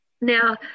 Now